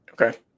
Okay